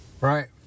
right